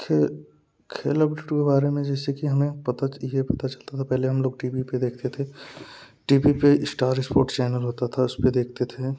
खे खेलों के बारे में जैसे कि हमें पता यह पता चलता था पहले हम लोग टी वी पर देखते थे टी वी पर इश्टार स्पोर्ट्स चैनल होता था उसपर देखते थे